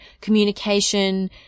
communication